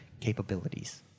capabilities